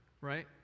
right